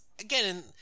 again